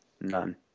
None